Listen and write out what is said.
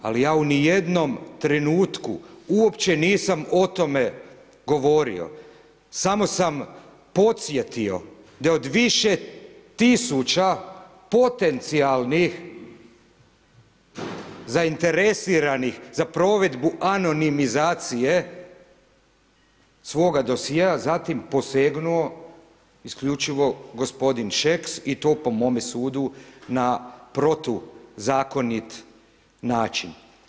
Ali ja ni u jednom trenutku uopće nisam o tome govorio, samo sam podsjetio da od više tisuća potencijalnih zainteresiranih za provedbu anonimizacije svoga dosjea zatim posegnuo isključivo gospodin Šeks i to po mome sudu na protuzakonit način.